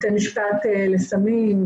בתי משפט לסמים,